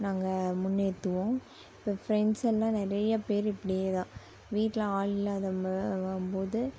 நாங்கள் முன்னேற்றுவோம் இப்போ ஃப்ரெண்ட்ஸ் எல்லாம் நிறைய பேர் இப்படியேதான் வீட்டில் ஆள் இல்லாத போது